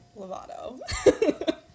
Lovato